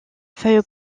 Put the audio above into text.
feuilles